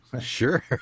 Sure